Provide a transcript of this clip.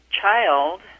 child